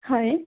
হয়